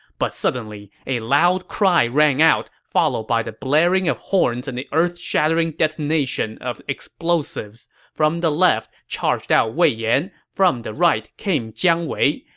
but suddenly, a loud cry rang out, followed by the blaring of horns and the earth-shattering detonation of explosives. from the left charged out wei yan, from the right came jiang wei.